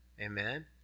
amen